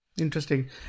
Interesting